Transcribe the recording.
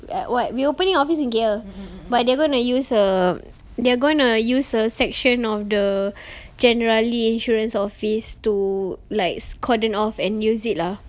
a~ what we opening office in K_L but they're gonna use err they are going to use a section of the generally insurance office to like s~ cordon off and use it lah